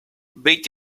bit